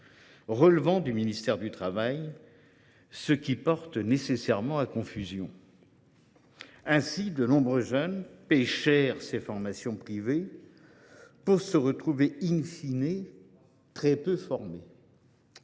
par le ministère du travail, ce qui prête nécessairement à confusion. Ainsi, de nombreux jeunes paient cher ces formations privées pour se retrouver très peu formés.